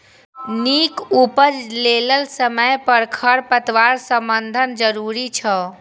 नीक उपज लेल समय पर खरपतवार प्रबंधन जरूरी छै